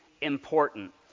important